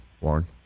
Warren